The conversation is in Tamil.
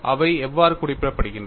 அவை எவ்வாறு குறிப்பிடப்படுகின்றன